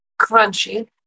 Crunchy